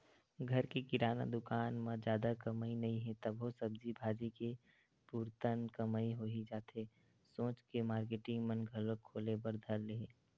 घर के किराना दुकान म जादा कमई नइ हे तभो सब्जी भाजी के पुरतन कमई होही जाथे सोच के मारकेटिंग मन घलोक खोले बर धर ले हे